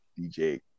DJ